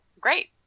great